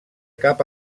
cap